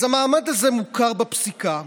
אז המעמד הזה מוכר בפסיקה.